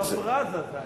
בפרפראזה זה היה.